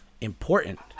important